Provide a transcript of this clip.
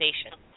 station